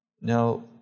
Now